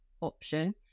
option